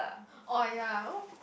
oh ya